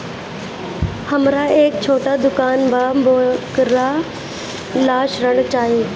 हमरा एक छोटा दुकान बा वोकरा ला ऋण चाही?